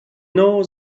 now